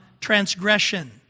transgression